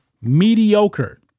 mediocre